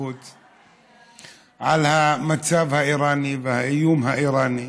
בחוץ, על המצב האיראני והאיום האיראני,